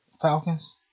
Falcons